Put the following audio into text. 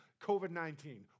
COVID-19